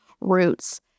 roots